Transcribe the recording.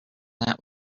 that